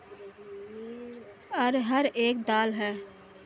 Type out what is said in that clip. अरहर एक दाल है